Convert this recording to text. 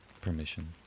permission